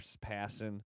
passing